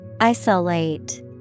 Isolate